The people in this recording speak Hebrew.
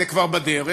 זה כבר בדרך.